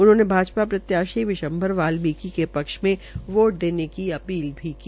उन्होंने भाजपा प्रत्याशी विश्म्भर बाल्मीकि के पक्ष में वोट देने की अपील भी की